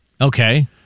Okay